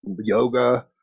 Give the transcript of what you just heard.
yoga